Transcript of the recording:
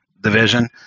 division